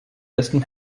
besten